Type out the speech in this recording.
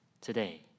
today